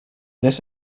this